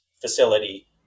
facility